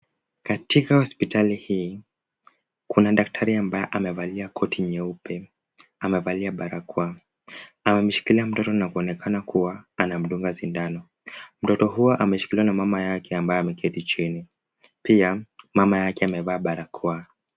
Katika hospitali hii, kuna daktari ambaye amevalia koti nyeupe amevalia barakoa na amemshikilia mtoto na kuonekana kuwa anamdunga shindano. Mtoto huyo ameshikiliwa na mama yake ambaye ameketi chini pia mama yake amevaa barakoa.